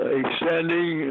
extending